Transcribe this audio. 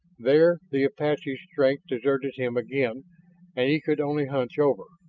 there the apache's strength deserted him again and he could only hunch over,